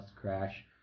crash